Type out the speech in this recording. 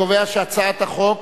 אני קובע שהצעת החוק